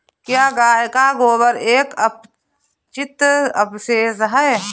क्या गाय का गोबर एक अपचित अवशेष है?